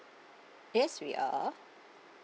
yes we are